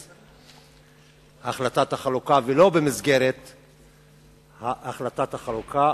החלטת החלוקה ולא במסגרת החלטת החלוקה,